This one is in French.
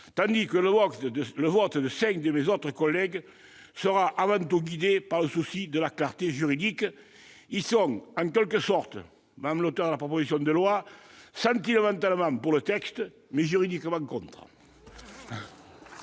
tandis que le vote de cinq de mes autres collègues sera avant tout guidé par le souci de la clarté juridique. Ils sont en quelque sorte, madame l'auteur de la proposition de loi, sentimentalement pour le texte, mais juridiquement contre. La parole est